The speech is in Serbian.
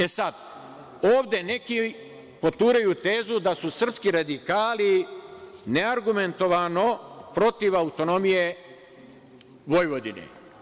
E, sad, ovde neki poturaju tezu da su srpski radikali neargumentovano protiv autonomije Vojvodine.